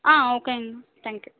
ஆ ஓகேங்க தேங்க்யூ